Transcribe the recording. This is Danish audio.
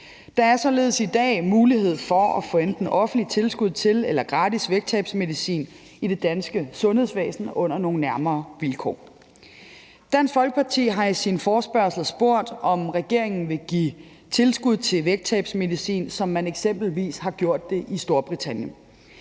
Der er således i dag mulighed for at få enten offentligt tilskud til eller gratis vægttabsmedicin i det danske sundhedsvæsen under nogle nærmere vilkår. Dansk Folkeparti har i sin forespørgsel spurgt, om regeringen vil give tilskud til vægttabsmedicin, som man eksempelvis har gjort det i Storbritannien.